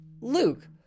Luke